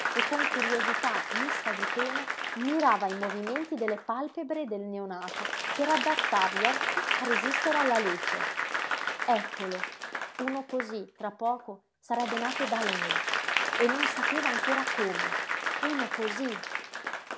e con curiosità mista di pena mirava i movimenti delle pàlpebre del neonato per adattar gli occhi a resistere alla luce eccolo uno cosí tra poco sarebbe nato da lei e non sapeva ancor come uno cosí